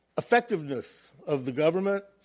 effectiveness of the government,